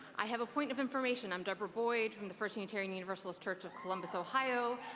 i have a point of information. i'm debra boyd from the first unitarian universalist church of columbus, ohio,